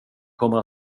kommer